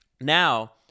Now